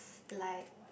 like